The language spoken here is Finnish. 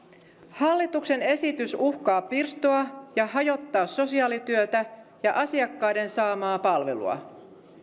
hallituksen esitys uhkaa pirstoa ja hajottaa sosiaalityötä ja asiakkaiden saamaa palvelua